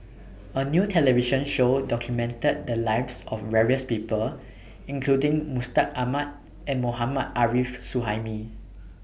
A New television Show documented The Lives of various People including Mustaq Ahmad and Mohammad Arif Suhaimi